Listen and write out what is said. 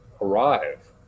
arrive